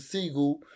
Seagull